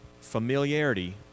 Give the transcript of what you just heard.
Familiarity